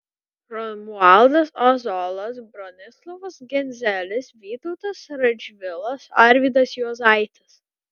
romualdas ozolas bronislovas genzelis vytautas radžvilas arvydas juozaitis